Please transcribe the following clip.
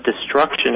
destruction